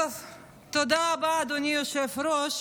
תודה רבה, אדוני היושב-ראש.